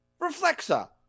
Reflexa